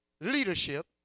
leadership